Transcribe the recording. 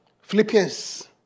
Philippians